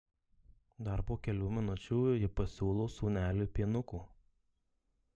dar po kelių minučių ji pasiūlo sūneliui pienuko